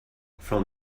from